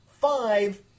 five